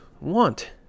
want